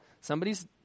somebody's